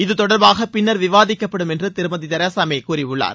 இது தொடர்பாக பின்னர் விவாதிக்கப்படும் என்று திருமதி தெரசா மே கூறியுள்ளார்